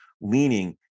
leaning